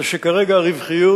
שכרגע הרווחיות